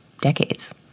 decades